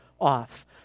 off